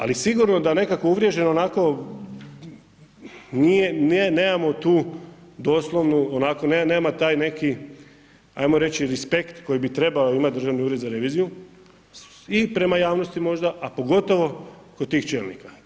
Ali sigurno da nekako uvriježeno onako nije, nemamo tu doslovnu, onako nema taj neki ajmo reći respekt koji bi trebao imati državni ured za reviziju i prema javnosti možda, a pogotovo kod tih čelnika.